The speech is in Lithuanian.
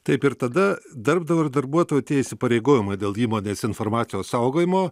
taip ir tada darbdavio ir darbuotojo tie įsipareigojimai dėl įmonės informacijos saugojimo